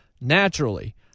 naturally